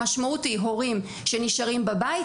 המשמעות היא הורים שנשארים בבית,